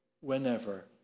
whenever